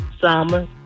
Summer